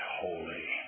holy